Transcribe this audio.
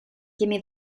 gimme